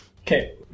Okay